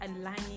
Aligning